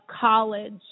college